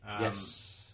yes